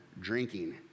drinking